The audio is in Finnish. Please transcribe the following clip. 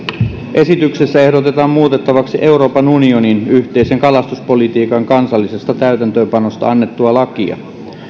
esityksessä ehdotetaan muutettavaksi euroopan unionin yhteisen kalastuspolitiikan kansallisesta täytäntöönpanosta annettua lakia